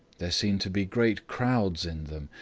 there seemed to be great crowds in them,